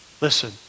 Listen